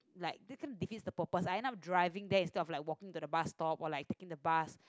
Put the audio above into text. like they can defeats it the purpose I end up driving there instead of like walking to the bus stop or like taking the bus